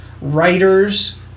writers